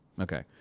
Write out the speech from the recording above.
Okay